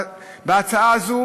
בהצעה הזאת,